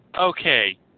Okay